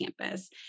campus